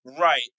Right